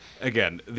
Again